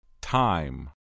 Time